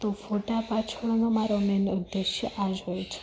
તો ફોટા પાછળનો મારો મેન ઉદ્દેશ્ય આ જ હોય છે